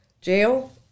jail